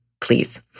please